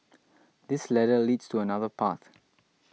this ladder leads to another path